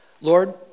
Lord